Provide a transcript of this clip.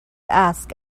ask